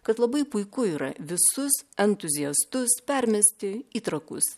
kad labai puiku yra visus entuziastus permesti į trakus